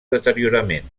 deteriorament